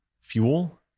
fuel